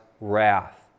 wrath